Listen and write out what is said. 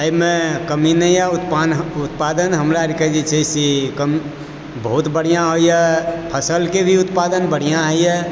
एहिमे कमी नहिए उत्पादन हमरा अरके जे छै से बहुत बढ़िआँ होइए फसलके भी उत्पादन बढ़िआँ होइए